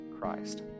Christ